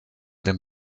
dem